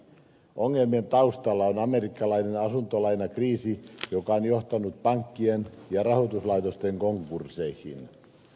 ongelmien taustalla on amerikkalainen asuntolainakriisi joka on johtanut pankkien ja rahoituslaitosten konkursseihin